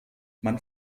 man